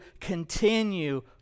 continue